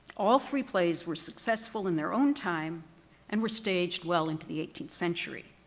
all three plays were successful in their own time and were staged well into the eighteenth century.